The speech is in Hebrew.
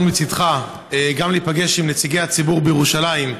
מצידך גם להיפגש עם נציגי הציבור בירושלים,